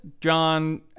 john